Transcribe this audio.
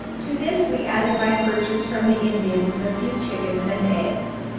to this we added by purchase from the indians a few chickens and eggs,